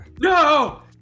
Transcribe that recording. No